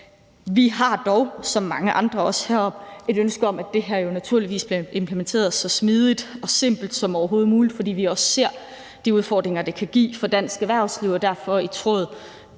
Vi har dog som mange andre herinde også et ønske om, at det her naturligvis bliver implementeret så smidigt og simpelt som overhovedet muligt, fordi vi også ser de udfordringer, det kan give for dansk erhvervsliv, og det er derfor